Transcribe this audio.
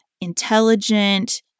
intelligent